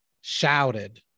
shouted